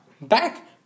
back